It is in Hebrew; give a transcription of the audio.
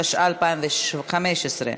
התשע"ה 2015,